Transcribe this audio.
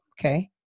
okay